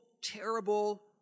terrible